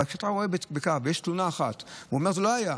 אבל כשאתה רואה שיש תלונה אחת בקו והוא אומר: זה לא היה,